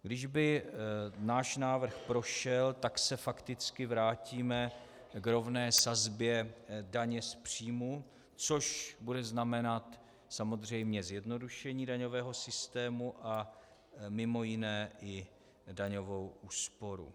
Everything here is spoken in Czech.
Kdyby náš návrh prošel, tak se fakticky vrátíme k rovné sazbě daně z příjmů, což bude znamenat samozřejmě zjednodušení daňového systému a mimo jiné i daňovou úsporu.